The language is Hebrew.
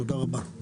תודה רבה.